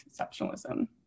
exceptionalism